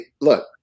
look